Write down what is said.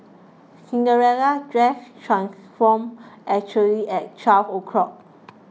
Cinderella's dress transformed exactly at twelve o' clock